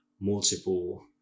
multiple